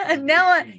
now